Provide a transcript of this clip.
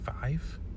five